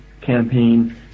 campaign